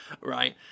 right